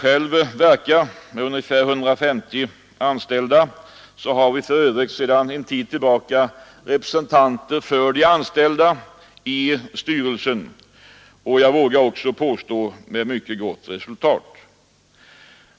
I det företag med ungefär 150 anställda där jag själv verkar har vi sedan en tid tillbaka representanter för de anställda i styrelsen och jag vågar påstå med gott resultat.